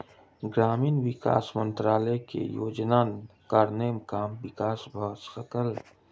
ग्रामीण विकास मंत्रालय के योजनाक कारणेँ गामक विकास भ सकल